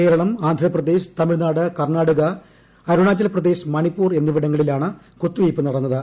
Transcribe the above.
കേരളം ആന്ധ്രാപ്രദേശ് തമിഴ്നാട് കർണ്ണാടക അരുണാചൽ പ്രദേശ് മണിപ്പൂർ എന്നിവിടങ്ങളിലാണ് കുത്തിവയ്പ്പ് നടത്തിയത്